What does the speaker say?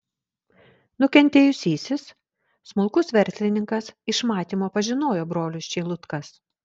nukentėjusysis smulkus verslininkas iš matymo pažinojo brolius čeilutkas